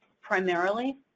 primarily